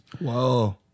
Whoa